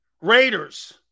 Raiders